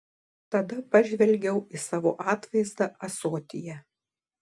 tada pažvelgiau į savo atvaizdą ąsotyje